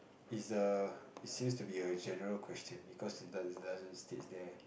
is the it's used to be a general question because it doesn't doesn't states there